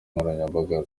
nkoranyambaga